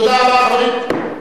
תודה רבה, חברים.